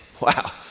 wow